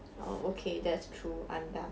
orh okay that's true I'm dumb